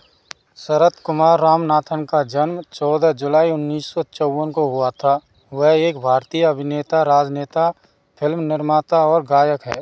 सरतकुमार रामनाथन का जन्म चौदह जुलाई उन्नीस सौ चौवन को हुआ था वह एक भारतीय अभिनेता राजनेता फिल्म निर्माता और गायक हैं